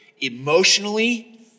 emotionally